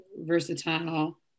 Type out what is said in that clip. versatile